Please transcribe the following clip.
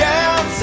Down